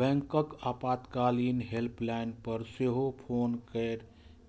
बैंकक आपातकालीन हेल्पलाइन पर सेहो फोन कैर